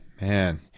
man